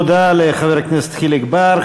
תודה לחבר הכנסת חיליק בר.